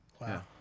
Wow